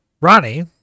Ronnie